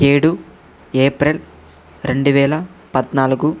ఏడు ఏప్రిల్ రెండు వేల పద్నాలుగు